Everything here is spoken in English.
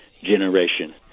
generation